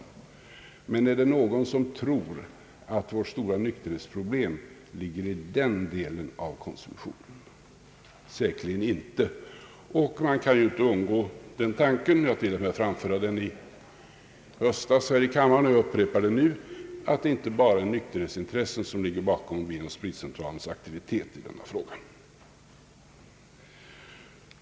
Men är det någon som tror att vårt stora nykterhetsproblem ligger i den delen av konsumtionen? Säkerligen inte. Man kan inte komma ifrån den tanken — jag framförde den i höstas här i kammaren och upprepar den nu — att det inte bara är nykterhetsintressen som ligger bakom Vinoch spritcentralens aktivitet i denna fråga.